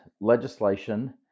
legislation